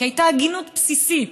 כי הייתה הגינות בסיסית.